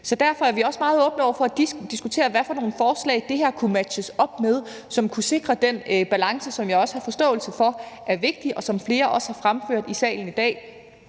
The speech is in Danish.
Derfor er vi også meget åbne over for at diskutere, hvad for nogen forslag det her kunne matches op med, som kunne sikre den balance, som jeg også har forståelse for er vigtig, og som flere også har fremført i salen i dag,